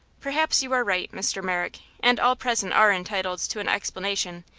perhaps you are right, mr. merrick, and all present are entitled to an explanation,